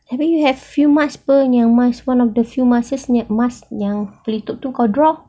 abeh you have few masks apa yang mask one of the few masks yang pelitup tu kau draw